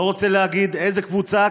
לא רוצה להגיד איזה קבוצה,